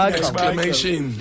exclamation